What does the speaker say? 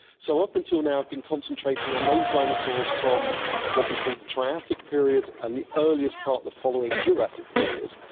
so up until now i've been concentrating on those dinosaurs from what we call the triassic period and the earliest part of the following jurassic period,